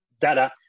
data